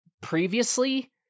previously